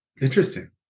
Interesting